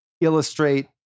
illustrate